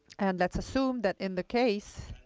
and let's assume that in the case,